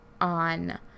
on